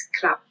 Club